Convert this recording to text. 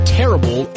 terrible